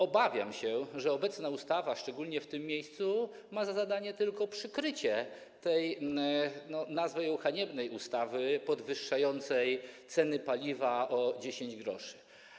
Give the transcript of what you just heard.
Obawiam się, że obecna ustawa, szczególnie w tym miejscu, ma za zadanie tylko przykryć tę, tak ją nazwę, haniebną ustawę podwyższającą ceny paliwa o 10 gr.